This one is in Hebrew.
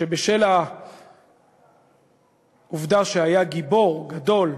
שבשל העובדה שהיה גיבור גדול,